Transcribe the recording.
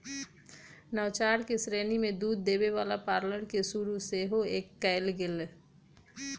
नवाचार के श्रेणी में दूध देबे वला पार्लर के शुरु सेहो कएल गेल